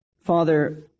Father